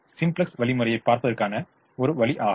simplex வழிமுறையைப் பார்ப்பதற்கான ஒரு வழி ஆகும்